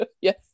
yes